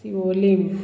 Siolim